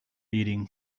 eating